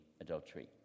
adultery